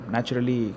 Naturally